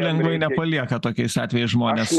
lengvai nepalieka tokiais atvejais žmonės